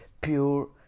pure